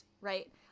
right